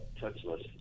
touchless